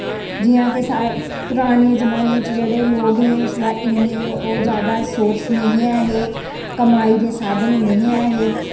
जि'यां कि साढ़े पराने जमाने च जेह्डे़ लोग हे उसलै इ'न्ने ओह् ज्यादा सोर्स नेहें ऐहे कमाई दे साधन नेहें ऐहे